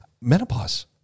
menopause